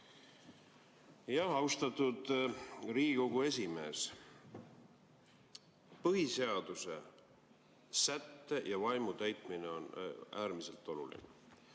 Austatud Riigikogu esimees! Põhiseaduse sätte ja vaimu täitmine on äärmiselt oluline.